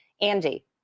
Andy